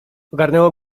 ogarnęło